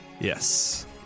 Yes